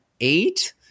eight